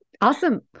Awesome